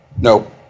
No